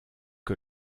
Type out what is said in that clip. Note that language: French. que